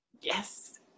yes